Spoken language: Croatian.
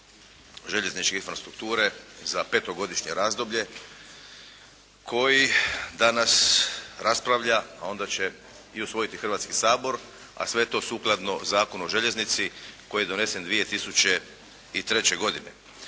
željezničke infrastrukture za petogodišnje razdoblje koji danas raspravlja a onda će i usvojiti Hrvatski sabor a sve to sukladno Zakonu o željeznici koji je donesen 2003. godine.